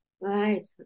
Right